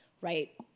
right